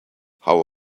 how